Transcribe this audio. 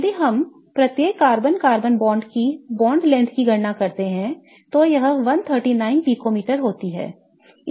यदि हम वास्तव में प्रत्येक कार्बन कार्बन बॉन्ड की बॉन्ड लंबाई की गणना करते हैं तो यह 139 पिकोमीटर का होता है